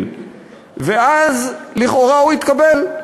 ואז לכאורה הוא התקבל,